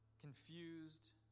confused